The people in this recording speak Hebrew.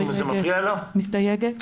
מסתייגת.